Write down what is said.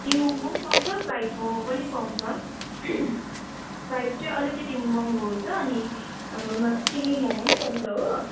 steam momo पनि पाउँछ fried momo पनि पाउँछ फ्राइड चाहिँ अलिकति महँगो हुन्छ अनि हाम्रोमा चिल्ली मोमो पनि पाउँछ हो